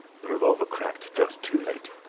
the revolver cracked just too late,